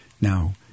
Now